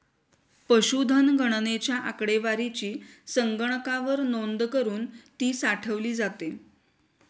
पशुधन गणनेच्या आकडेवारीची संगणकावर नोंद करुन ती साठवली जाते